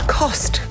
cost